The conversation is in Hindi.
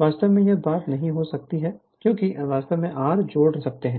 वास्तव में यह बात नहीं हो सकती है क्योंकि वास्तव में R जोड़ सकते हैं